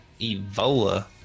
Evola